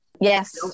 Yes